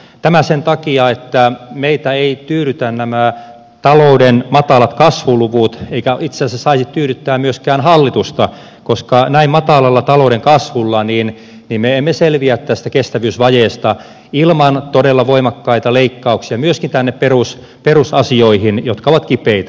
tämä sen takia että meitä eivät tyydytä nämä talouden matalat kasvuluvut eivätkä itse asiassa saisi tyydyttää myöskään hallitusta koska näin matalalla talouden kasvulla me emme selviä tästä kestävyysvajeesta ilman todella voimakkaita myöskin tänne perusasioihin kohdistuvia leik kauksia jotka ovat kipeitä